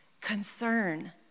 concern